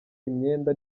imyenda